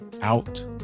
out